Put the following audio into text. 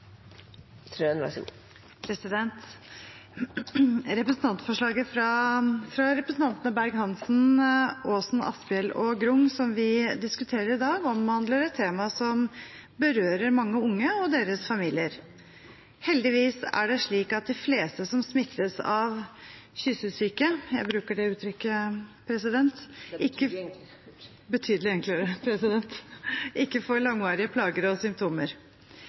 Trøen, på vegne av saksordfører Kristin Ørmen Johnsen. Representantforslaget fra representantene Berg-Hansen, Aasen, Asphjell og Grung, som vi diskuterer i dag, omhandler et tema som berører mange unge og deres familier. Heldigvis er det slik at de fleste som smittes av kyssesyke – jeg bruker det uttrykket istedenfor mononukleose, for det er betydelig enklere – ikke får langvarige plager